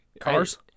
Cars